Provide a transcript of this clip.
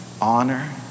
honor